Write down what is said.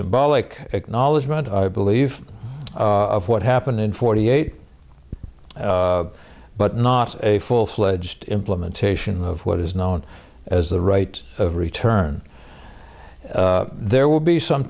symbolic acknowledgement i believe of what happened in forty eight but not a full fledged implementation of what is known as the right of return there will be some